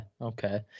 okay